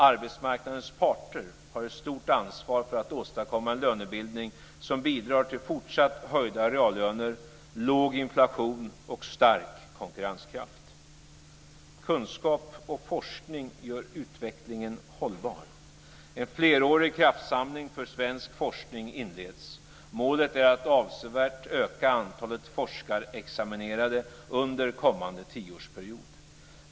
Arbetsmarknadens parter har ett stort ansvar för att åstadkomma en lönebildning som bidrar till fortsatt höjda reallöner, låg inflation och stark konkurrenskraft. Kunskap och forskning gör utvecklingen hållbar. En flerårig kraftsamling för svensk forskning inleds. Målet är att avsevärt öka antalet forskarexaminerade under kommande tioårsperiod.